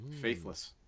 Faithless